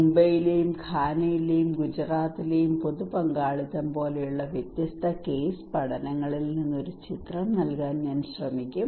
മുംബൈയിലെയും ഘാനയിലെയും ഗുജറാത്തിലെയും പൊതു പങ്കാളിത്തം പോലെയുള്ള വ്യത്യസ്ത കേസ് പഠനങ്ങളിൽ നിന്ന് ഒരു ചിത്രം നൽകാൻ ഞാൻ ശ്രമിക്കും